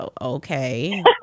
Okay